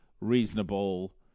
reasonable